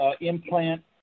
implant